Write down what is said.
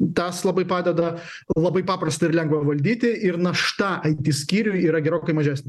tas labai padeda labai paprasta ir lengva valdyti ir našta itskyriui yra gerokai mažesnė